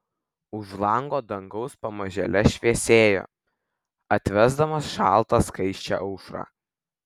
už lango dangus pamažėle šviesėjo atvesdamas šaltą skaisčią aušrą